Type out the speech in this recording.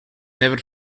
never